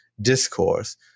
discourse